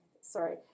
sorry